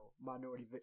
minority